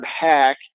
hack